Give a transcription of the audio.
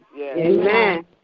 Amen